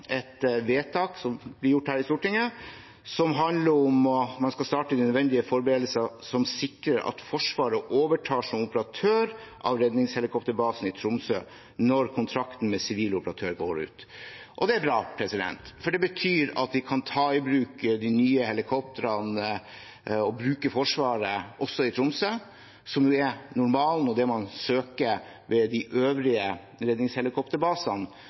et vedtak som blir gjort her i Stortinget, som handler om at man skal starte de nødvendige forberedelser som sikrer at Forsvaret overtar som operatør av redningshelikopterbasen i Tromsø når kontrakten med sivil operatør går ut. Det er bra, for det betyr at vi kan ta i bruk de nye helikoptrene og bruke Forsvaret også i Tromsø, noe som jo er normalen og det man søker ved de øvrige redningshelikopterbasene.